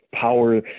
power